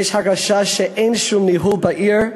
יש הרגשה שאין שום ניהול בעיר.